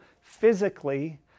physically